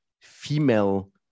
female